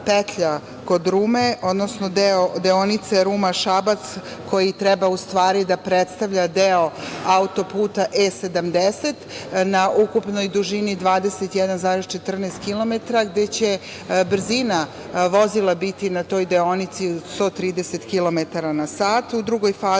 petlja kod Rume, odnosno deonice Ruma – Šabac, koji treba u stvari da predstavlja deo Autoputa E-70 na ukupnoj dužini 21,14 kilometara, gde će brzina vozila biti na toj deonici 130 kilometara na sat. U drugoj fazi